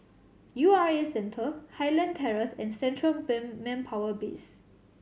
U R A Centre Highland Terrace and Central Ban Manpower Base